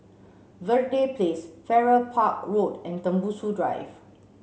Verde Place Farrer Park Road and Tembusu Drive